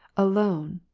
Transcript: alone,